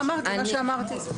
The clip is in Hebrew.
אמרתי את מה שאמרתי.